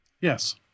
Yes